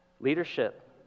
Leadership